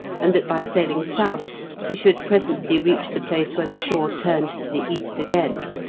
and that by sailing south he should presently reach the place where the shore turned to the east again.